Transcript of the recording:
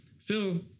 Phil